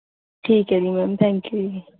ਠੀਕ ਹੈ ਜੀ ਮੈਮ ਥੈਂਕਯੂ ਜੀ